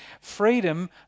freedom